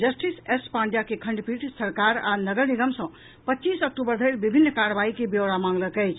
justice S पांडेयके खंडपीठ सरकार आ नगर निगम सँ पच्चीस अक्टूबर धरि विभिन्न कार्रवाई के ब्यौरा मांगलक अछि